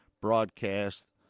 broadcast